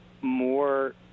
more